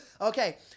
okay